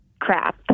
crap